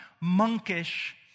monkish